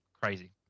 Crazy